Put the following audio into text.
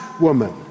woman